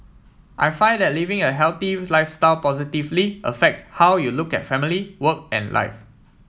I find that living a healthy lifestyle positively affects how you look at family work and life